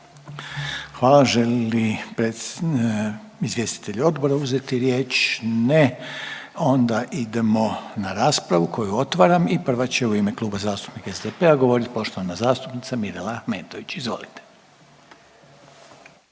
Sada žele li izvjestitelji Odbora uzeti riječ? Ne. Onda idemo na raspravu, koju otvaram pa će prvi u ime Kluba zastupnika SDP-a govoriti poštovani zastupnik Boris Lalovac. Izvolite.